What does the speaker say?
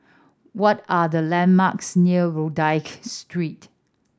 what are the landmarks near Rodyk Street